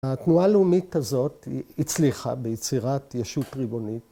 ‫התנועה הלאומית הזאת הצליחה ‫ביצירת ישות ריבונית.